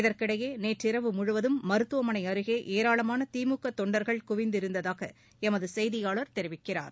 இதற்கிடையேநேற்றிரவு மருத்துவமனைஅருகேஏராளமானதிமுகதொண்டர்கள் குவிந்திருந்ததாகளமதுசெய்தியாளர் தெரிவிக்கிறார்